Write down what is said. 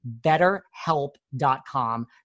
betterhelp.com